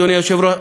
אדוני היושב-ראש,